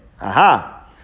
Aha